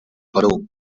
perú